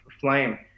flame